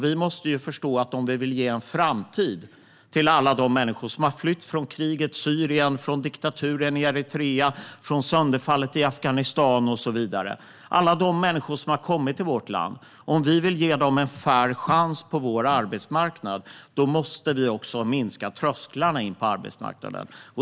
Vi måste ju förstå att om vi vill ge en framtid till alla de människor som har flytt från krigets Syrien, från diktaturen i Eritrea, från sönderfallet i Afghanistan och så vidare och kommit till vårt land, om vi vill ge dem en fair chance på vår arbetsmarknad, då måste vi också sänka trösklarna in på arbetsmarknaden.